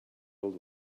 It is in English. old